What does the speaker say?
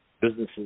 Businesses